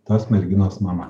tos merginos mama